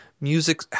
music